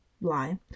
lie